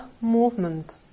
movement